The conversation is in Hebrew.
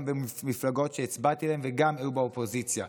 במפלגות שהצבעתי להן וגם היו באופוזיציה.